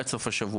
עד סוף השבוע.